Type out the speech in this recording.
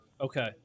okay